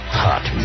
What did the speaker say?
hot